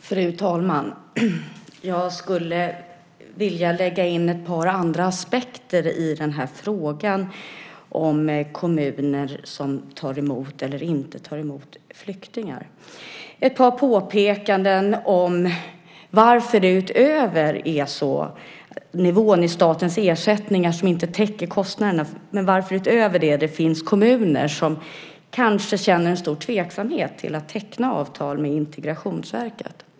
Fru talman! Jag vill lägga ett par andra aspekter på frågan om kommuner som tar emot eller inte tar emot flyktingar. Jag vill göra ett par påpekanden. Utöver att nivån i statens ersättningar inte täcker kostnaderna finns det kommuner som kanske känner stor tveksamhet inför att teckna avtal med Integrationsverket.